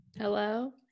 Hello